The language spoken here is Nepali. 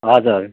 हजुर